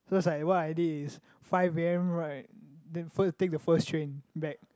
first like what I did is five a_m right then first take the first train back